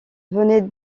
venait